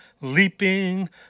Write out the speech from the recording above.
leaping